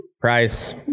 price